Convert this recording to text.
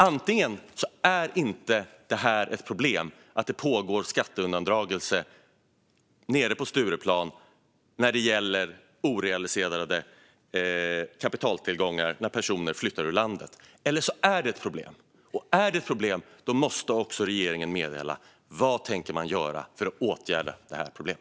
Antingen är det inte ett problem att det pågår skatteundandragande nere på Stureplan av orealiserade kapitaltillgångar när personer flyttar ur landet eller så är det ett problem. Om det är ett problem måste regeringen meddela vad man tänker göra för att åtgärda detta problem.